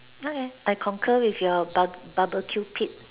okay I concur with your bar~ barbecue pit